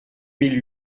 mille